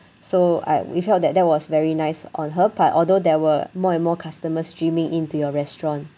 so I we felt that that was very nice on her but although there were more and more customers streaming into your restaurant